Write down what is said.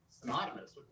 synonymous